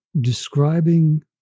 describing